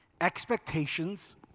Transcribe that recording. expectations